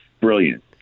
Brilliant